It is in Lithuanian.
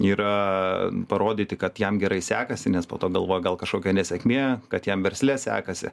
yra parodyti kad jam gerai sekasi nes po to galvojo gal kažkokia nesėkmė kad jam versle sekasi